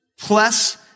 plus